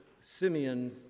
Simeon